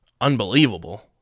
unbelievable